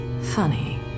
Funny